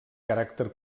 caràcter